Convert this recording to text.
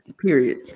Period